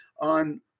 on